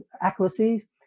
accuracies